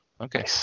okay